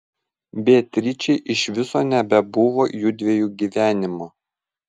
beatričei iš viso nebebuvo jųdviejų gyvenimo